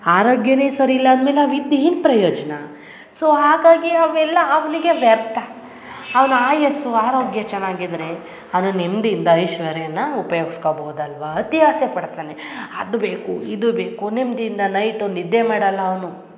ಆರೋಗ್ಯವೇ ಸರಿ ಇಲ್ಲ ಅಂದ್ಮೇಲೆ ನವಿದ್ದು ಏನು ಪ್ರಯೋಜನ ಸೋ ಹಾಗಾಗಿ ಅವೆಲ್ಲ ಅವನಿಗೆ ವ್ಯರ್ಥ ಅವನು ಆಯಸ್ಸು ಆರೋಗ್ಯ ಚೆನ್ನಾಗಿದ್ರೆ ಅವನು ನೆಮ್ಮದಿಯಿಂದ ಐಶ್ವರ್ಯನ ಉಪಯೋಗಿಸ್ಕೊಬೋದಲ್ವ ಅತಿ ಆಸೆ ಪಡ್ತಾನೆ ಅದು ಬೇಕು ಇದು ಬೇಕು ನೆಮ್ಮದಿಯಿಂದ ನೈಟು ನಿದ್ದೆ ಮಾಡಲ್ಲ ಅವನು